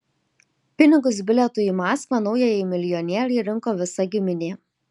pinigus bilietui į maskvą naujajai milijonierei rinko visa giminė